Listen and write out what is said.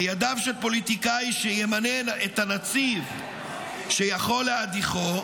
בידיו של פוליטיקאי שימנה את הנציב שיכול להדיחו,